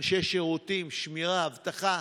אנשי שירותים, שמירה, אבטחה,